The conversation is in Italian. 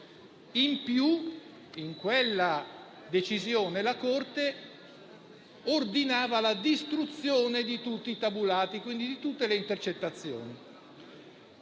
In più, in quella decisione, la Corte ordinava la distruzione di tutti i tabulati e quindi di tutte le intercettazioni.